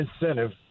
incentive